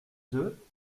deux